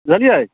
बुझलियै